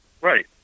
Right